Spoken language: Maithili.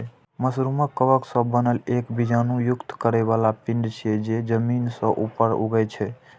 मशरूम कवक सं बनल एक बीजाणु युक्त फरै बला पिंड छियै, जे जमीन सं ऊपर उगै छै